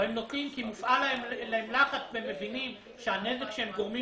או הם נותנים כי מופעל עליהם לחץ והם מבינים שהנזק שהם גורמים